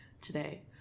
Today